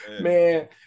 Man